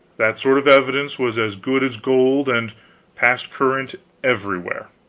that sort of evidence was as good as gold, and passed current everywhere.